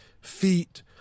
feet